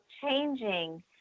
changing